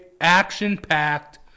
action-packed